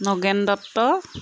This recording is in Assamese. নগেন দত্ত